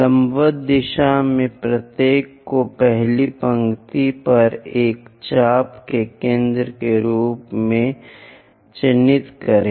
लंबवत दिशा में प्रत्येक को पहली पंक्ति पर एक चाप के केंद्र के रूप में चिह्नित करें